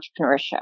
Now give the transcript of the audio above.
entrepreneurship